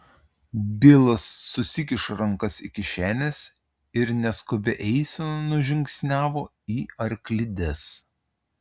bilas susikišo rankas į kišenes ir neskubia eisena nužingsniavo į arklides